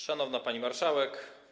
Szanowna Pani Marszałek!